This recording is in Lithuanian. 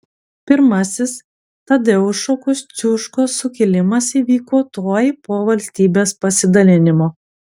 pirmasis tadeušo kosciuškos sukilimas įvyko tuoj po valstybės pasidalinimo